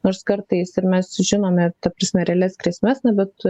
nors kartais ir mes žinome ta prasme realias grėsmes na bet